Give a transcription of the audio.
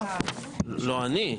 נייר,